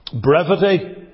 Brevity